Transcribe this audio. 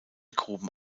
gruben